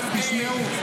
תשמעו.